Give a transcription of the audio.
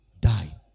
Die